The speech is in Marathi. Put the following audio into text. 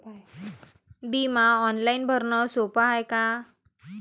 बिमा ऑनलाईन भरनं सोप हाय का?